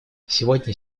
сегодня